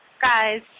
guys